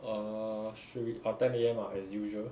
err should oh ten A_M lah as usual